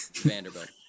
Vanderbilt